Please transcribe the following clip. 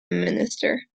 minister